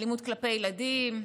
אלימות כלפי ילדים,